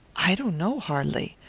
i don't know, har'ly.